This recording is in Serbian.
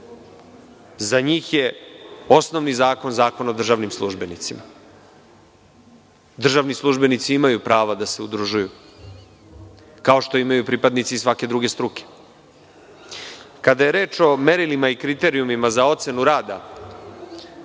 Za njih je osnovni zakon Zakon o državnim službenicima. Državni službenici imaju pravo da se udružuju, kao što imaju pripadnici svake druge struke. Kada je reč o merilima i kriterijumima za ocenu rada